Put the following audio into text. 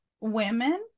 women